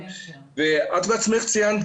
את בעצמך ציינת,